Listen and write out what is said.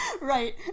Right